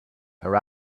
her